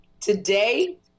Today